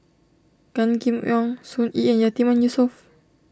Gan Kim Yong Sun Yee and Yatiman Yusof